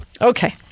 Okay